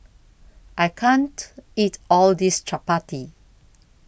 I can't eat All This Chapati